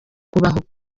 kubaho